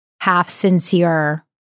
half-sincere